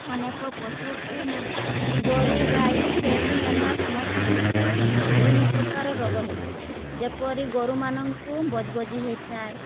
ଅନେକ ପଶୁକୁ ଗୋରୁ ଗାଈ ଛେଳି ମେଣ୍ଢା ସମସ୍ତଙ୍କୁ ବିଭିନ୍ନ ପ୍ରକାର ରୋଗ ହେଇଥାଏ ଯେପରି ଗୋରୁମାନଙ୍କୁ ବଜବଜି ହେଇଥାଏ